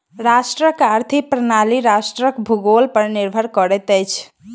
राष्ट्रक आर्थिक प्रणाली राष्ट्रक भूगोल पर निर्भर करैत अछि